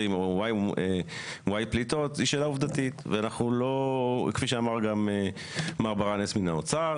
ואוסרת עליו ולא מאפשרת לו בפועל לעשות,